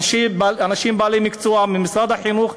אנשים בעלי מקצוע ממשרד החינוך,